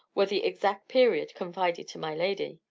were the exact period confided to my lady.